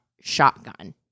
shotgun